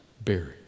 buried